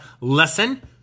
lesson